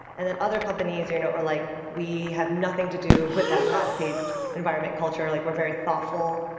and then other companies you know are like, we have nothing to do with that fast-paced environment culture. like we're very thoughtful,